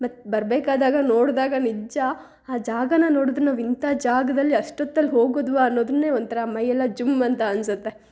ಮತ್ತು ಬರಬೇಕಾದಾಗ ನೋಡಿದಾಗ ನಿಜ ಆ ಜಾಗನ ನೋಡ್ದ್ರೆ ನಾವು ಇಂಥ ಜಾಗದಲ್ಲಿ ಅಷ್ಟೊತ್ತಲ್ಲಿ ಹೋಗೋದು ಅನ್ನೋದನ್ನೇ ಒಂಥರ ಮೈಯೆಲ್ಲ ಜುಮ್ ಅಂತ ಅನಿಸುತ್ತೆ